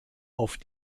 auf